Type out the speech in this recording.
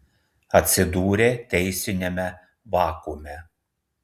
atsidūrė teisiniame vakuume